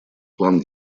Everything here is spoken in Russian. план